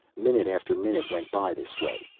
minute after minute went by this way.